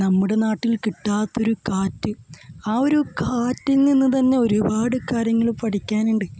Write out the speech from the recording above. നമ്മുടെ നാട്ടിൽ കിട്ടാത്തൊരു കാറ്റ് ആ ഒരു കാറ്റിൽ നിന്നു തന്നെ ഒരുപാട് കാര്യങ്ങൾ പഠിക്കാനുണ്ട്